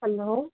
hello